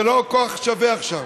זה לא כוח שווה עכשיו.